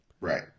Right